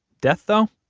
death, though?